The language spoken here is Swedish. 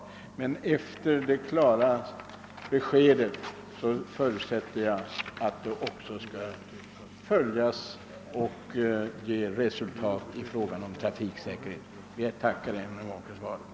Efter statsrådets klara besked förutsätter jag att det nu skall bli en förbättring av trafiksäkerheten. Jag tackar än en gång för svaret.